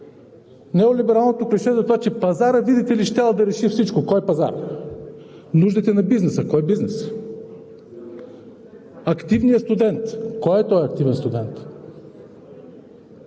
неолибералното клише за това, че пазара, видите ли, щял да реши всичко. Кой пазар? Нуждите на бизнеса: кой бизнес? Активният студент: кой е този активен студент?